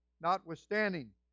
Notwithstanding